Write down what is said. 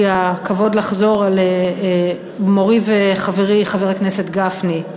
הכבוד לחזור ולומר למורי וחברי חבר הכנסת גפני: